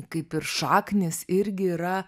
kaip ir šaknys irgi yra